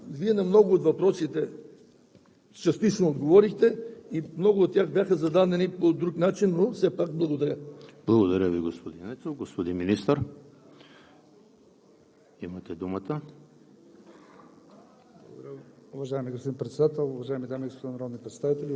и тогава кой ще бъде виновен и кой ще поеме отговорност? Вие на много от въпросите частично отговорихте и много от тях бяха задени по друг начин, но все пак благодаря. ПРЕДСЕДАТЕЛ ЕМИЛ ХРИСТОВ: Благодаря Ви, господин Нецов. Господин Министър, имате думата.